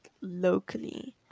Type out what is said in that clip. locally